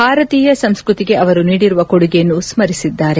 ಭಾರತೀಯ ಸಂಸ್ಕೃತಿಗೆ ಅವರು ನೀಡಿರುವ ಕೊಡುಗೆಯನ್ನು ಸ್ವರಿಸಲಿದ್ದಾರೆ